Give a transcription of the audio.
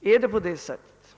Är det på det sättet?